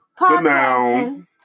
Podcasting